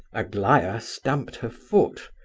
aglaya stamped her foot.